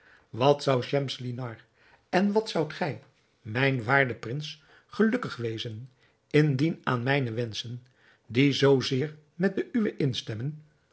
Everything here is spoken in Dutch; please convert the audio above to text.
wat zou schemselnihar en wat zoudt gij mijn waarde prins gelukkig wezen indien aan mijne wenschen die zoo zeer met de uwe instemmen